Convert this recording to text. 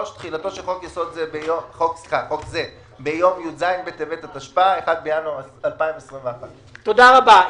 3. תחילתו של חוק זה ביום י"ז בטבת התשפ"א (1 בינואר 2021). תודה רבה.